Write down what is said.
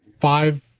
five